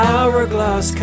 Hourglass